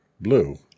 blue